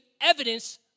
evidence